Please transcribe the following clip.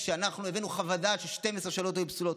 כשאנחנו הבאנו חוות דעת ש-12 שאלות היו פסולות.